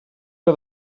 que